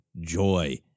joy